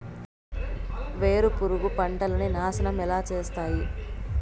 వేరుపురుగు పంటలని నాశనం ఎలా చేస్తాయి?